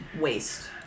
waste